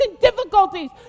difficulties